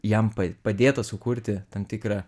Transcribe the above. jam pa padėtą sukurti tam tikrą